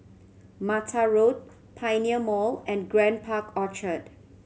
Mattar Road Pioneer Mall and Grand Park Orchard